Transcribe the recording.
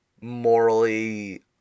morally